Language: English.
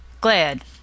Glad